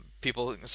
people